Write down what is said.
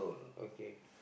okay